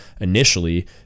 initially